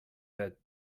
that